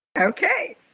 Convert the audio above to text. Okay